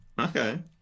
Okay